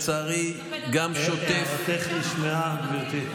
ביטון, הערתך נשמעה, גברתי.